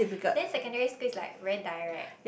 then secondary school is like very direct